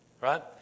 Right